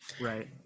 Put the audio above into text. Right